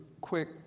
quick